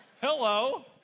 Hello